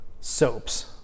soaps